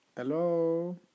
Hello